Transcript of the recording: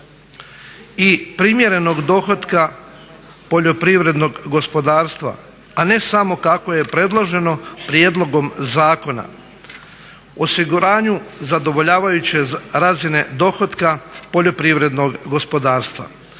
i primjerenog dohotka poljoprivrednog gospodarstva a ne samo kako je predloženo prijedlogom zakona osiguranju zadovoljavajuće razine dohotka poljoprivrednog gospodarstva.